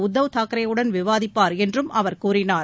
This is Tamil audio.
உத்தவ் தாக்கரேயுடன் விவாதிப்பார் என்றும் அவர் கூறினார்